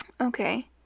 Okay